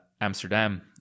amsterdam